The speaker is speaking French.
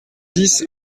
dix